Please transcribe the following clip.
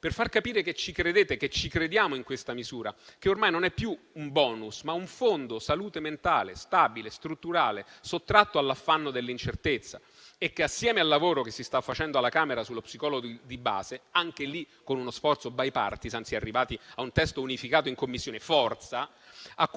per far capire che ci credete, che ci crediamo in questa misura (che ormai non è più un *bonus*, ma un fondo salute mentale, stabile e strutturale, sottratto all'affanno dell'incertezza) e che, assieme al lavoro che si sta facendo alla Camera sullo psicologo di base, dove, anche lì, con uno sforzo *bipartisan* si è arrivati a un testo unificato in Commissione, a quello che si dovrà